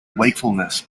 wakefulness